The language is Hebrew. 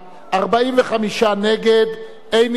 45 נגד, אין נמנעים.